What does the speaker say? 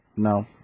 No